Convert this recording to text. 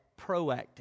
proactive